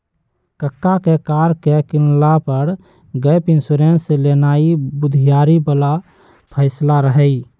कक्का के कार के किनला पर गैप इंश्योरेंस लेनाइ बुधियारी बला फैसला रहइ